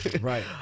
Right